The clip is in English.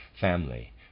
family